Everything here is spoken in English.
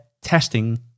testing